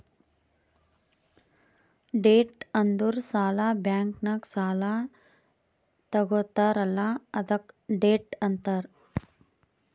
debt ಅಂದುರ್ ಸಾಲ, bank ನಾಗ್ ಸಾಲಾ ತಗೊತ್ತಾರ್ ಅಲ್ಲಾ ಅದ್ಕೆ ಡೆಟ್ ಅಂತಾರ್